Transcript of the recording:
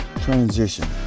transition